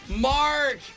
Mark